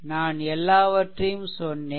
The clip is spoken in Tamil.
நான் எல்லாவற்றையும் சொன்னேன்